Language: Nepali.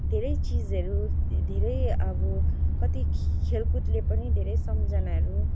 धेरै चिजहरू धेरै अब कति खेलकुदले पनि धेरै सम्झनाहरू